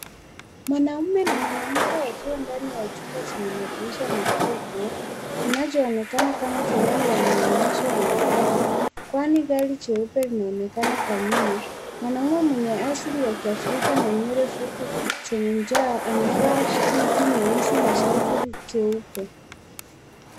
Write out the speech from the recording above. Mwanaume na mwanamke wakiwa ndani ya chumba zenye madirisha kubwa kinachoonekana kama sehemu ya mwonyesho wa magari kwani gari jeupe linaonekana kwa nyuma. Mwanaume mwenye asili ya kiafrika na nywele fupi zenye njaa amevaa suti nyeusi na shati jeupe.